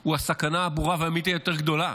הוא הסכנה הברורה והמיידית היותר גדולה.